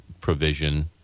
provision